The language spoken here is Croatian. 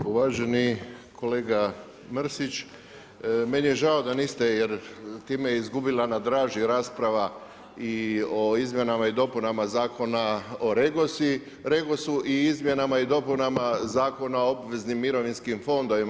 Uvaženi kolega Mrsić, meni je žao, da niste, jer time je izgubila na draži rasprava i o izmjenama i dopunama zakona o REGOS-u i izmjena i dopunama zakona o obveznim mirovinskim fondovima.